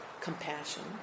compassion